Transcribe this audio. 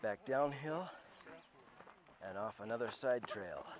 back downhill and off another side trail